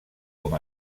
com